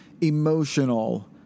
emotional